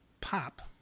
pop